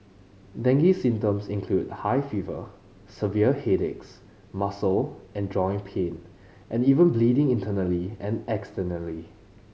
dengue symptoms include high fever severe headaches muscle and joint pain and even bleeding internally and externally